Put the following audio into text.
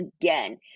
again